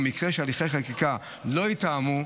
ובמקרה שהליכי החקיקה לא יתואמו,